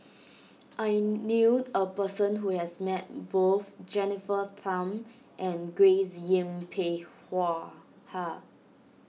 I knew a person who has met both Jennifer Tham and Grace Yin Peck Hua Ha